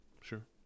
Sure